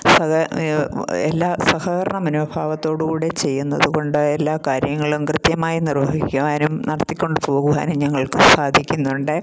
എല്ലാ സഹകരണ മനോഭാവത്തോടുകൂടെ ചെയ്യുന്നതുകൊണ്ട് എല്ലാ കാര്യങ്ങളും കൃത്യമായി നിർവ്വഹിക്കുവാനും നടത്തികൊണ്ടുപോകുവാനും ഞങ്ങൾക്ക് സാധിക്കുന്നുണ്ട്